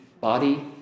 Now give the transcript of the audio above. body